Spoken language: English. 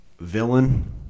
villain